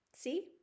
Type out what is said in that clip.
See